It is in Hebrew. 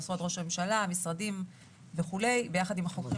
משרד ראש הממשלה וכו' לדון עליו יחד עם החוקרים